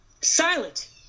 Silent